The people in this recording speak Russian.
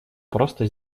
просто